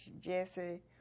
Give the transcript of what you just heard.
Jesse